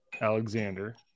Alexander